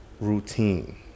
routine